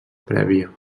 prèvia